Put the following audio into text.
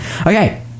Okay